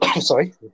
Sorry